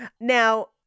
Now